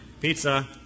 Pizza